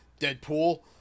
Deadpool